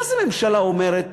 מה זה שממשלה אומרת: